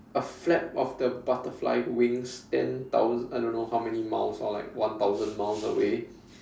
a flap of the butterfly wings ten thousa~ I don't know how many miles or like one thousand miles away